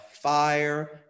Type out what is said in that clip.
fire